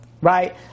right